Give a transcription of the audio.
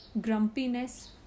grumpiness